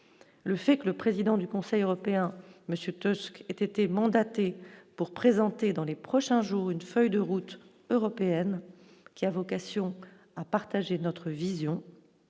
le fait que le président du Conseil européen, monsieur, tout ce qui était mandaté pour présenter dans les prochains jours une feuille de route européenne qui a vocation à partager notre vision